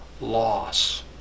loss